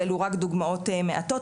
ואלו רק דוגמאות מעטות,